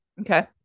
okay